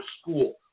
school